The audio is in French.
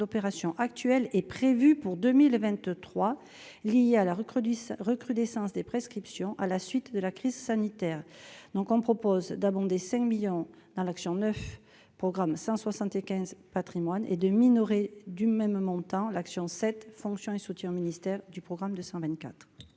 opérations actuelles est prévue pour 2023 lié à la recrue 10 recrudescence des prescriptions, à la suite de la crise sanitaire, donc on propose d'abonder 5 millions dans l'action neuf programme 175 patrimoines et de minorer, du même montant, l'action cette fonction et soutien au ministère du programme 224.